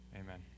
Amen